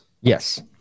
Yes